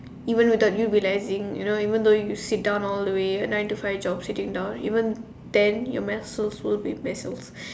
even without you realising you know even though you sit down all the way nine to five job sitting down even ten your muscles will be tense